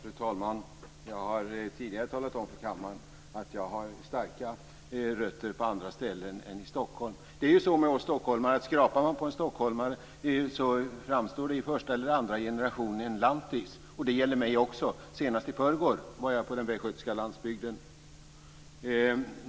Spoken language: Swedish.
Fru talman! Jag har tidigare talat om för kammaren att jag har starka rötter på andra ställen än i Stockholm. Det är ju så att skrapar man på en stockholmare framkommer det i första eller andra generationen en lantis, och det gäller mig också. Senast i förrgår var jag på den västgötska landsbygden.